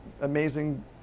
amazing